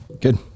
Good